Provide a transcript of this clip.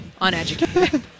Uneducated